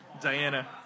Diana